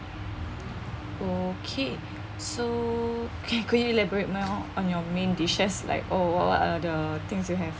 okay so could you elaborate more on your main dishes like what what what are the things you have